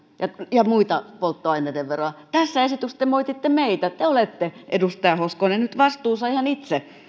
ja muita polttoaineiden veroja tässä esityksessä te moititte meitä te olette edustaja hoskonen nyt vastuussa ihan itse